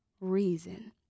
reason